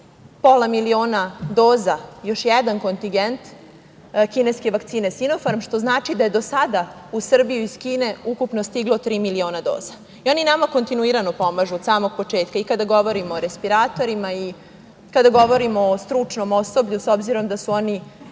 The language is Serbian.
pola miliona doza, još jedan kontingent kineske vakcine „Sinofarm“, što znači da je do sada u Srbiju iz Kine ukupno stiglo tri miliona doza. I oni nama kontinuirano pomažu od samog početka, i kada govorimo o respiratorima i kada govorimo o stručnom osoblju, s obzirom da su oni